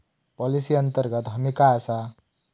Policy अंतर्गत हमी काय आसा?